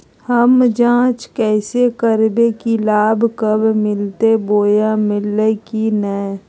हम जांच कैसे करबे की लाभ कब मिलते बोया मिल्ले की न?